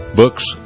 books